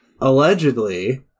allegedly